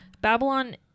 Babylon